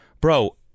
Bro